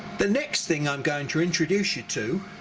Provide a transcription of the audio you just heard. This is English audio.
the next thing i'm going to introduce you to,